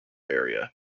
area